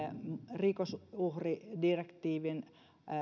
rikosuhridirektiivin